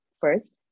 first